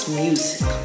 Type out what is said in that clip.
music